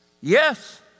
Yes